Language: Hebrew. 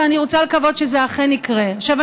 ואני רוצה לקוות שזה אכן יקרה.